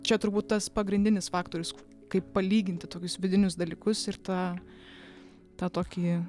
čia turbūt tas pagrindinis faktorius kaip palyginti tokius vidinius dalykus ir tą tą tokį